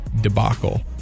debacle